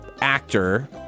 actor